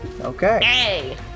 Okay